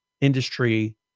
industry